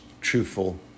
truthful